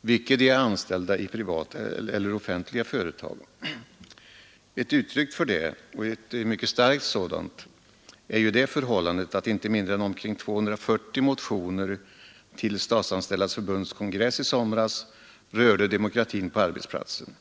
vare sig de är anställda i privata eller i offentliga företag. Ett uttryck för detta — och ett mycket starkt sådant — är det förhållandet att inte mindre än omkring 240 motioner till Statsanställdas förbunds kongress i somras rörde demokratin på arbetsplatsen.